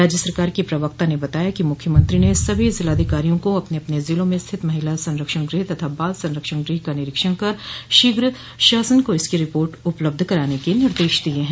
राज्य सरकार के प्रवक्ता ने बताया है कि मुख्यमंत्री ने सभी जिलाधिकारियों को अपने अपने जिलों में स्थित महिला संरक्षण गृह तथा बाल संरक्षण गृह का निरीक्षण कर शीघ्र शासन का इसकी रिपोर्ट उपलब्ध कराने के निर्देश दिये हैं